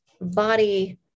Body